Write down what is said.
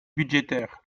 budgétaires